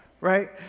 right